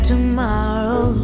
Tomorrow